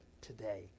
today